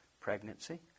pregnancy